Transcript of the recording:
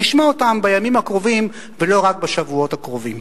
נשמע אותם בימים הקרובים ולא רק בשבועות הקרובים.